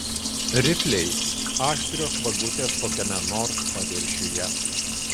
rifliai aštrios vagutės kokiame nors paviršiuje